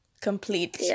Complete